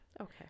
Okay